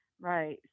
Right